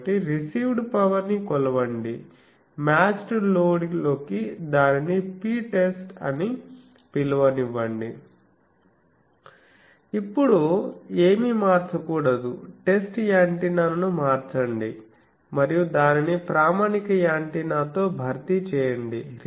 కాబట్టి received power ని కొలవండి మ్యాచ్డ్ లోడ్ లోకి దానిని Ptest అని పిలువనివ్వండి ఇప్పుడు ఏమీ మార్చకూడదు టెస్ట్ యాంటెన్నాను మార్చండి మరియు దానిని ప్రామాణిక యాంటెన్నాతో భర్తీ చేయండి